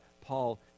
Paul